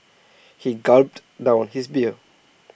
he gulped down his beer